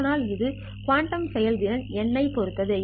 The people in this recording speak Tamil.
ஆனால் இது குவாண்டம் செயல்திறன் η ஐ பொறுத்தது